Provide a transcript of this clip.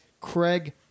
Craig